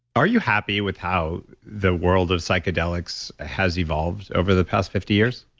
are you happy with how the world of psychedelics has evolved over the past fifty years?